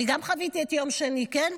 אני גם חוויתי את יום שני, כן.